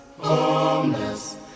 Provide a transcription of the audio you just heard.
Homeless